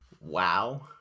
Wow